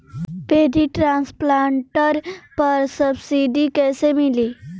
Paddy transplanter पर subsidy कैसे मिली?